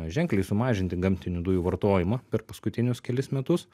ženkliai sumažinti gamtinių dujų vartojimą per paskutinius kelis metus